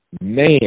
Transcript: man